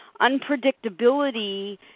unpredictability